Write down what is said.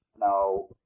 Now